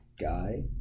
guy